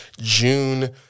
June